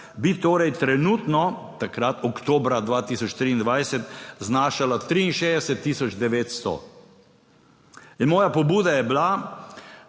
bi torej trenutno, takrat oktobra 2023 znašala 63 tisoč 900. In moja pobuda je bila,